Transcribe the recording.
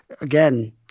again